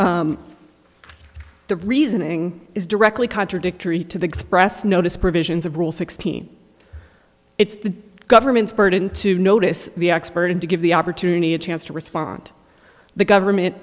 the reasoning is directly contradictory to the express notice provisions of rule sixteen it's the government's burden to notice the expert and to give the opportunity a chance to respond the government